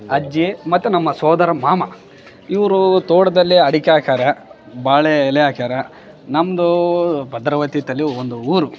ಅಜ್ಜಿ ಮತ್ತು ನಮ್ಮ ಸೋದರ ಮಾಮ ಇವರು ತೋಟದಲ್ಲಿ ಅಡಿಕೆ ಹಾಕ್ಯಾರ ಬಾಳೆ ಎಲೆ ಹಾಕ್ಯಾರ ನಮ್ದು ಭದ್ರಾವತಿ ತಲಿ ಒಂದು ಊರು